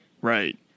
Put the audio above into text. right